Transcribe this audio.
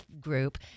group